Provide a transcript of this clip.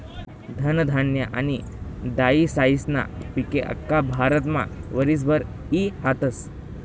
धनधान्य आनी दायीसायीस्ना पिके आख्खा भारतमा वरीसभर ई हातस